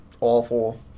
awful